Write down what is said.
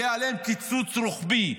יהיה עליהם קיצוץ רוחבי.